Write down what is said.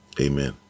Amen